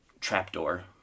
trapdoor